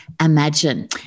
imagine